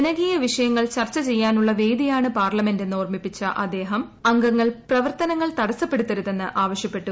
ജനകീയ വിഷയങ്ങൾ ചൂർച്ചു ചെയ്യാനുള്ള വേദിയാണ് പാർലമെന്റ് എന്ന് ഓർമ്മിപ്പിച്ച അദ്ദേഹം അംഗങ്ങൾ പ്രവർത്തനങ്ങൾ തടസ്സപ്പെടുത്തരുതെന്ന് ആവശ്യപ്പെട്ടു